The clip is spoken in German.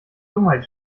dummheit